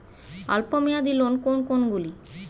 অল্প মেয়াদি লোন কোন কোনগুলি?